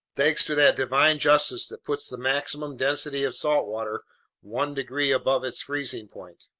thanks to that divine justice that puts the maximum density of salt water one degree above its freezing point.